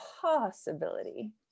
possibility